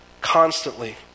constantly